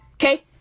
Okay